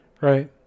right